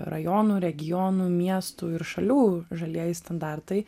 rajonų regionų miestų ir šalių žalieji standartai